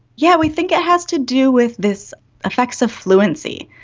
yeah we think it has to do with this effects of fluency.